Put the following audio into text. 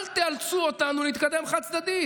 אל תאלצו אותנו להתקדם חד-צדדית.